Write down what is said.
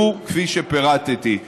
והוא כפי שפירטתי.